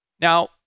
Now